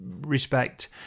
respect